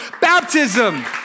Baptism